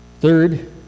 Third